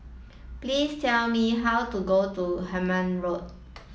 please tell me how to go to Hemmant Road